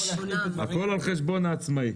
הכל על חשבון העצמאי.